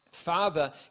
father